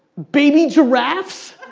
baby giraffes,